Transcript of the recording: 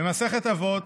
במסכת אבות